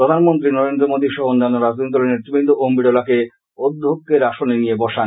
প্রধানমন্ত্রী নরেন্দ্র মোদি সহ অন্যান্য রাজনৈতিক দলের নেতৃবৃন্দ ওম বিড়লাকে অধ্যক্ষের আসনে নিয়ে বসান